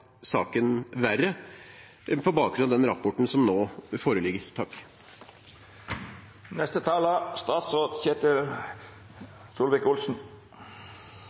saken verre, på bakgrunn av den rapporten som nå foreligger.